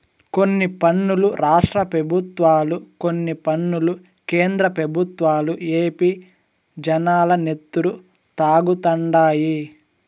కొన్ని పన్నులు రాష్ట్ర పెబుత్వాలు, కొన్ని పన్నులు కేంద్ర పెబుత్వాలు ఏపీ జనాల నెత్తురు తాగుతండాయి